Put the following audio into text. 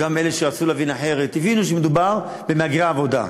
גם אלו שרצו להבין אחרת הבינו שמדובר במהגרי עבודה.